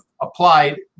applied